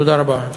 תודה רבה.